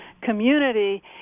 community